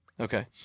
Okay